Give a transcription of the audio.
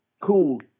cool